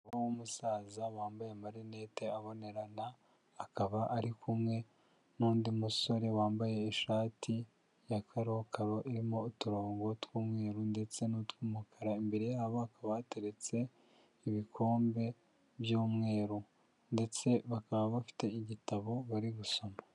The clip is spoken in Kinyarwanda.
Umusaza wambaye amarinete abonerana akaba ari kumwe n'undi musore wambaye ishati ya karokaro irimo uturongo tw'umweru ndetse n'utw'umukara imbere yabo hakaba hateretse ibikombe by'umweru ndetse bakaba bafite igitabo bari gusoma.